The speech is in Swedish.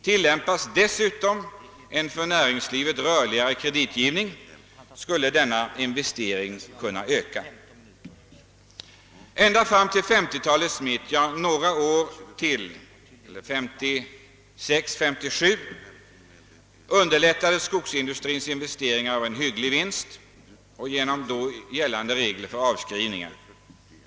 Tilllämpas dessutom en för näringslivet rörligare kreditgivning skulle en än större investering kunna ske. Ända fram till 19530-talets mitt och även några år senare, 1956 och 1957, underlättades skogsindustrins investeringar av en hygglig vinst genom då gällande regler för avskrivningar.